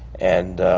and